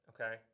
okay